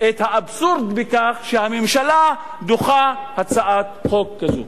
את האבסורד בכך שהממשלה דוחה הצעת חוק כזאת.